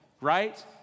Right